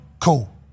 cool